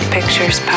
Pictures